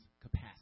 capacity